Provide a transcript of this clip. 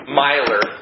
miler